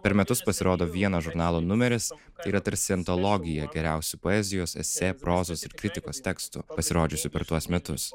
per metus pasirodo vienas žurnalo numeris yra tarsi antologija geriausių poezijos esė prozos ir kritikos tekstų pasirodžiusių per tuos metus